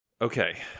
Okay